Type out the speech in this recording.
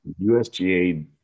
USGA